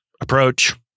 approach